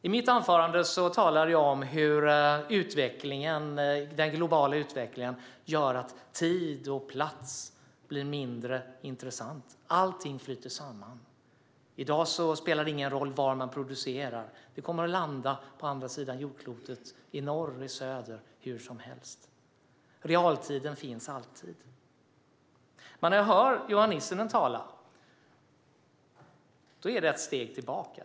I mitt anförande talade jag om hur den globala utvecklingen gör att tid och plats blir mindre intressant. Allting flyter samman. I dag spelar det ingen roll var man producerar - det kommer hur som helst att landa på andra sidan jordklotet, i norr eller i söder. Realtiden finns alltid. Men det jag hör när Johan Nissinen talar är ett steg tillbaka.